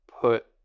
put